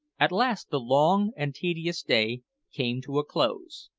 at last the long and tedious day came to a close,